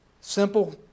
simple